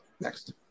Next